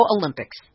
Olympics